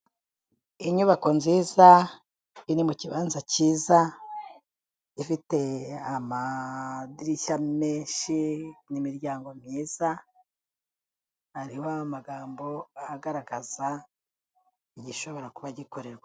Inyubako nziza, iri mu kibanza kiza, ifite amadirishya menshi n'imiryango myiza, hariho amagambo agaragaza igishobora kuba gikorerwamo.